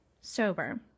sober